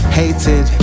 hated